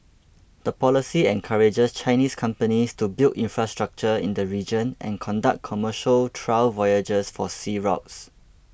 the policy encourages Chinese companies to build infrastructure in the region and conduct commercial trial voyages for sea routes